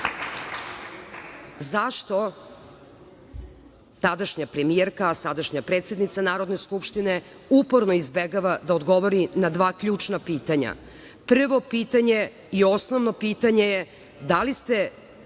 Zašto tadašnja premijerka a sadašnja predsednica Narodne skupštine uporno izbegava da odgovori na dva ključna pitanja - prvo i osnovno pitanje je da li ste